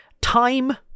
time